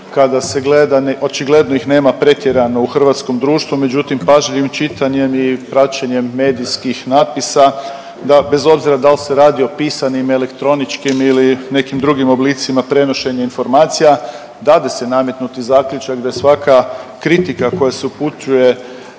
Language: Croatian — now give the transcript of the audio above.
kada se gleda očigledno ih nema pretjerano u hrvatskom društvu, međutim pažljivim čitanjem i praćenjem medijskih natpisa da, bez obzira da li se radi o pisanim, elektroničkim ili nekim drugim oblicima prenošenja informacija dade se nametnuti zaključak da svaka kritika koja se upućuje